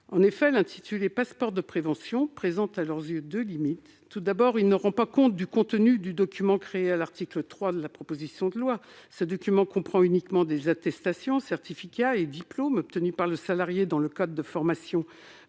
En effet, l'intitulé « passeport de prévention » présente deux limites aux yeux des membres de ce collectif. Tout d'abord, il ne rend pas compte du contenu du document créé à l'article 3 de la proposition de loi : ce document comprend uniquement des attestations, certificats et diplômes obtenus par le salarié dans le cadre de formations